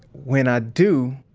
when i do,